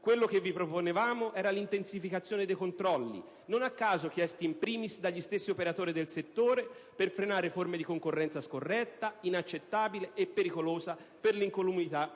Quello che vi proponevamo era l'intensificazione dei controlli, non a caso chiesti *in primis* dagli stessi operatori del settore, per frenare forme di concorrenza scorretta, inaccettabile e pericolosa per l'incolumità